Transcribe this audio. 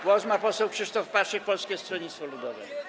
Głos ma poseł Krzysztof Paszyk, Polskie Stronnictwo Ludowe.